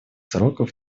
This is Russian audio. сроков